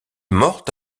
morte